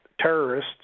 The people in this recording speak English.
terrorists